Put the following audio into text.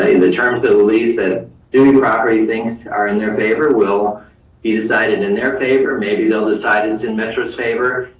ah in the terms of the lease that do property things are in their favor will be decided in their favor. maybe they'll decide it's in metro's favor.